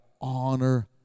honor